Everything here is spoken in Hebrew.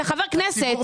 אתה חבר כנסת.